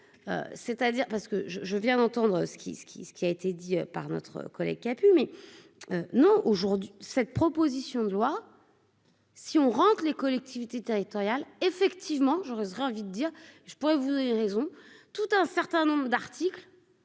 c'est-à-dire parce que je, je viens d'entendre ce qui ce qui ce qui a été dit par notre collègue kaput mais non, aujourd'hui, cette proposition de loi. Si on rentre les collectivités territoriales, effectivement, je serai envie de dire, je pourrais vous avez raison, tout un certain nombre d'articles